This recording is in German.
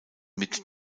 mit